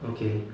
okay